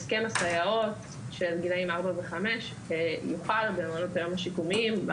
הסכם הסייעות של גילאי ארבע וחמש יוחל במעונות היום השיקומיים.